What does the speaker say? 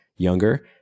younger